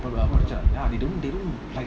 ya they don't they don't like